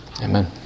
amen